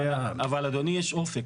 אבל אדוני, יש אופק.